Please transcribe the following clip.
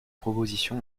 proposition